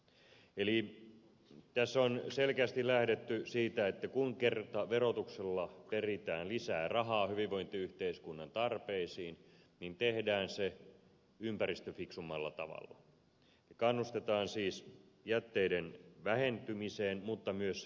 eli tässä on selkeästi lähdetty siitä että kun kerran verotuksella peritään lisää rahaa hyvinvointiyhteiskunnan tarpeisiin niin tehdään se ympäristöfiksummalla tavalla ja kannustetaan siis jätteiden vähentämiseen mutta myös niiden hyötykäyttöön